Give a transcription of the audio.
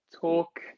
Talk